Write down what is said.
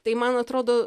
tai man atrodo